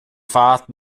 fahrt